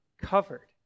covered